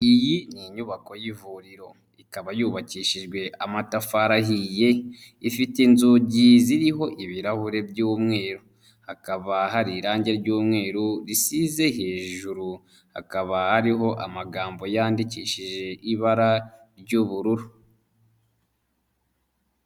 Iyi ni inyubako y'ivuriro ikaba yubakishijwe amatafari ahiye, ifite inzugi ziriho ibirahure by'umweru, hakaba hari irangi ry'umweru risize hejuru hakaba hariho amagambo yandikishije ibara ry'ubururu.